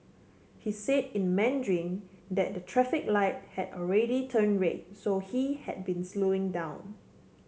he say in Mandarin that the traffic light had already turn red so he had been slowing down